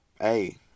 Hey